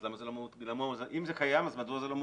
אם זה קיים, מדוע זה לא מעוגן?